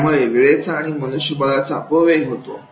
त्यामुळे वेळचा आणि मनुष्यबळाचा अपव्यय होतो